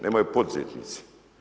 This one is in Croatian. Nemaju poduzetnici.